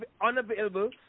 unavailable